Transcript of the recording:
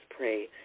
Pray